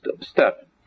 step